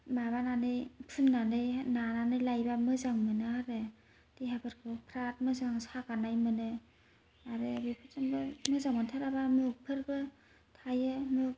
माबानानै फुननानै नानानै लायोबा मोजां मोनो आरो देहाफोरखौबो फ्रात मोजां सागानाय मोनो आरो बेफोरजोंबो मोजां मोनथाराबा मुब फोरबो थायो मुब